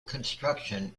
construction